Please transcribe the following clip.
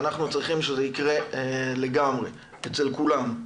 אנחנו צריכים שזה יקרה לגמרי, אצל כולם.